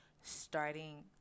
starting